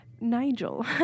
Nigel